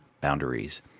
boundaries